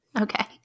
Okay